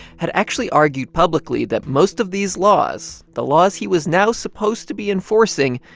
had actually argued publicly that most of these laws, the laws he was now supposed to be enforcing,